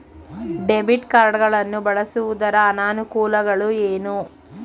Debit card ಗಳನ್ನು ಬಳಸುವುದರ ಅನಾನುಕೂಲಗಳು ಏನು?